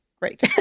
Great